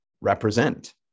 represent